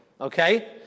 Okay